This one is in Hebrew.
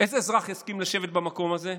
איזה אזרח יסכים לשבת במקום הזה?